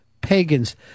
pagans